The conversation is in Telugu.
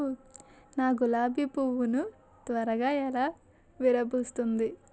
నా గులాబి పువ్వు ను త్వరగా ఎలా విరభుస్తుంది?